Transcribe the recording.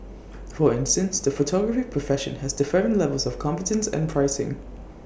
for instance the photography profession has differing levels of competence and pricing